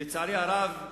לצערי הרב,